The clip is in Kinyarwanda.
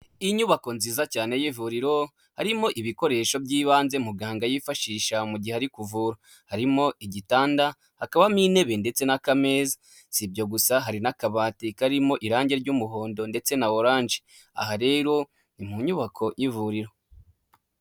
Inyubako nziza cyane y'ivuriro harimo ibikoresho by'ibanze muganga yifashisha mu gihe ari kuvura. Harimo igitanda, hakabamo intebe ndetse n'akameza. Si ibyo gusa hari n'akabati karimo irange ry'umuhondo ndetse na oranje. Aha rero ni mu nyubako y'ivuriro.